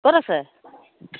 ক'ত আছে